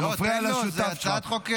אתה מפריע לשותף שלך.